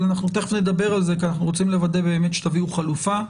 תכף נדבר על זה כי אנחנו רוצים לוודא באמת שתביאו חלופה.